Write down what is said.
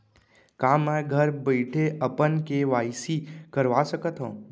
का मैं घर बइठे अपन के.वाई.सी करवा सकत हव?